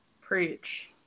Preach